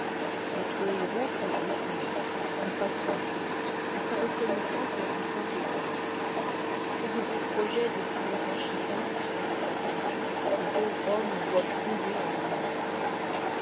notre héros fut étonné impatienté mais sa reconnaissance n'en fut point ébranlée que de beaux projets depuis longtemps chéris au fond de sa pensée le pauvre homme voit crouler en un instant